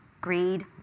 greed